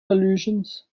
allusions